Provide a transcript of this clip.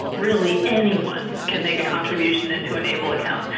really, anyone can make a contribution into an able account.